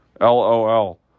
LOL